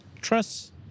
trust